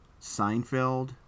Seinfeld